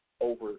over